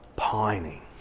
pining